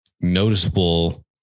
noticeable